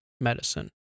medicine